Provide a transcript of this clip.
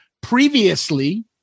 Previously